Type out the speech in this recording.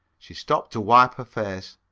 she stopped to wipe her face.